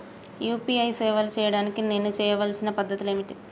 UPI సేవలు చేయడానికి నేను చేయవలసిన పద్ధతులు ఏమిటి?